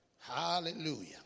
Hallelujah